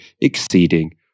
exceeding